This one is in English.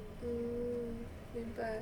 mm 明白